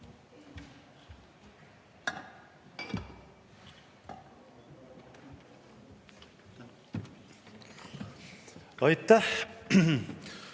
mitte.